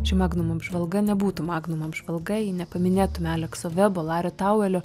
ši magnum apžvalga nebūtų magnum apžvalga jei nepaminėtume alekso vebo lari tauelio